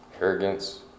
arrogance